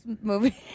movie